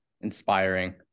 inspiring